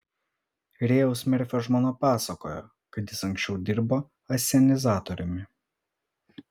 rėjaus merfio žmona pasakojo kad jis anksčiau dirbo asenizatoriumi